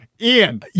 Ian